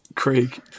Craig